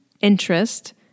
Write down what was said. Interest